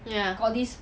ya